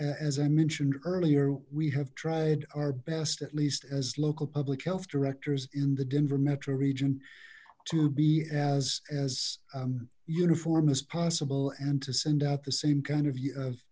as i mentioned earlier we have tried our best at least as local public health directors in the denver metro region to be as as uniform as possible and to send out the same kind of